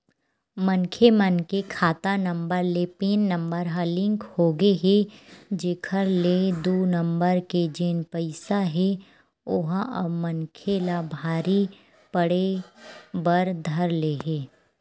मनखे मन के खाता नंबर ले पेन नंबर ह लिंक होगे हे जेखर ले दू नंबर के जेन पइसा हे ओहा अब मनखे मन ला भारी पड़े बर धर ले हे